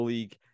League